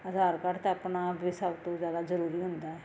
ਆਧਾਰ card ਤਾਂ ਆਪਣਾ ਵੀ ਸਭ ਤੋਂ ਜ਼ਿਆਦਾ ਜ਼ਰੂਰੀ ਹੁੰਦਾ ਹੈ